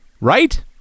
right